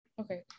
Okay